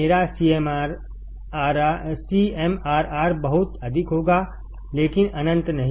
मेरा CMRR बहुत अधिक होगालेकिन अनंत नहीं